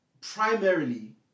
primarily